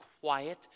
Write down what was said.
quiet